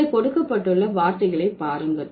இங்கே கொடுக்கப்பட்டுள்ள வார்த்தைகளை பாருங்கள்